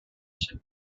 should